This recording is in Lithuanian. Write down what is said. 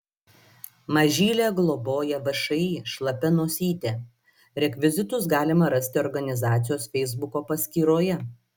mažylę globoja všį šlapia nosytė rekvizitus galima rasti organizacijos feisbuko paskyroje